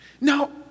Now